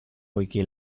poichè